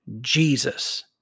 Jesus